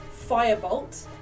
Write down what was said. Firebolt